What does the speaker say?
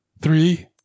three